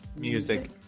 music